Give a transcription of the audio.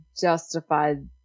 justified